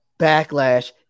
Backlash